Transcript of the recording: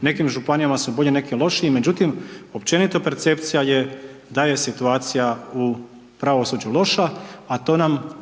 nekim županijama su bolji, nekim lošiji, međutim općenito je percepcija je da je situacija u pravosuđu loša, a to nam,